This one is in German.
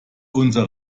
unser